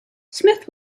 smith